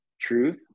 truth